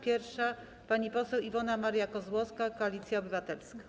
Pierwsza pani poseł Iwona Maria Kozłowska, Koalicja Obywatelska.